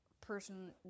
person